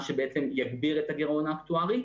מה שבעצם יגביר את הגירעון האקטוארי,